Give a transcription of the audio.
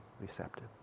receptive